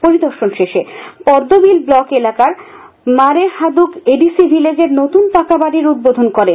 পরিদর্শন শেষে পদ্মবিল ব্লক এলাকার মারেহাদুক এডিসি ভিলেজের নতুন পাকা বাড়ির উদ্বোধন করেন